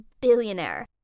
billionaire